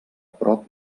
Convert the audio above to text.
prop